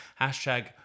hashtag